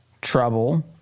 trouble